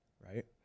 right